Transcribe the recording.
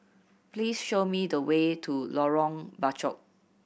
please show me the way to Lorong Bachok